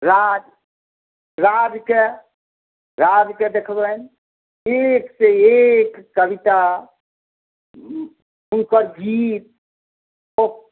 राज राजके राजके देखबनि एक से एक कविता हुनकर गीत ओह